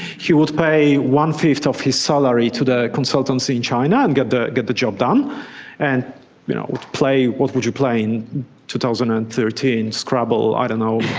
he would pay one-fifth of his salary to the consultancy in china and get the get the job done and you know play, what would you play in two thousand and thirteen? scrabble? i don't know,